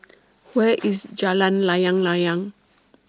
Where IS Jalan Layang Layang